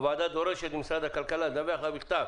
הוועדה דורשת ממשרד הכלכלה לדווח בכתב